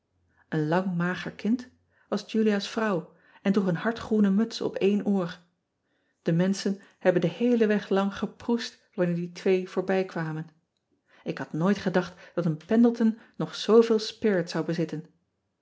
een lang mager kind was ulia s vrouw en droeg een hardgroene muts op één oor e menschen hebben den heelen weg langs geproest wanneer die twee voorbijkwamen k had nooit gedacht dat een endleton nog zooveel spirit zou bezitten